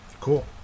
Cool